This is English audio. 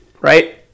Right